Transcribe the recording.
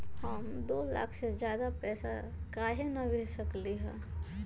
हम दो लाख से ज्यादा पैसा काहे न भेज सकली ह?